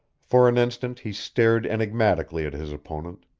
for an instant he stared enigmatically at his opponent.